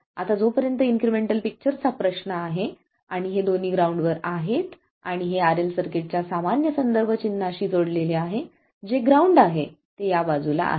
आता जोपर्यंत इन्क्रिमेंटल पिक्चरचा प्रश्न आहे आणि हे दोन्ही ग्राऊंड वर आहेत आणि हे RL सर्किटच्या सामान्य संदर्भ चिन्हाशी जोडलेले आहे जे ग्राउंड आहे जे या बाजूला आहे